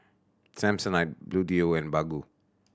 Samsonite Bluedio and Baggu